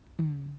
mm